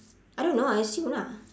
I don't know I assume lah